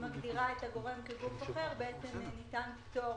מגדירה את הגורם כ"גוף אחר", ניתן פטור